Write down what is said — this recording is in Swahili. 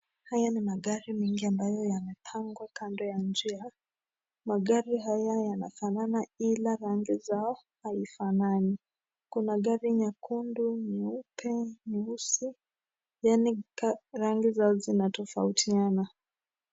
Haya ni magari mingi ambayo yamepangwa kando ya njia, magari haya yanafanana ila rangi zao haifanani, kuna gari nyekundu , nyeupe , nyeusi yaani rangi zao zinatofautiana.